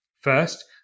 First